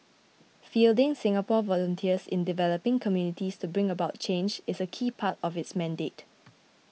fielding Singapore volunteers in developing communities to bring about change is a key part of its mandate